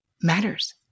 matters